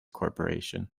corporation